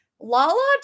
Lala